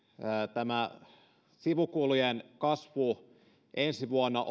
tämä sivukulujen kasvu ensi vuonna